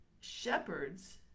shepherds